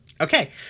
Okay